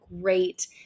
great